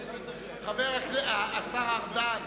השר ארדן.